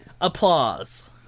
applause